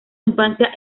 infancia